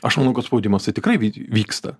aš manau kad spaudimas tai tikrai vyt vyksta